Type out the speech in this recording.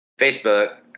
Facebook